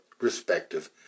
respective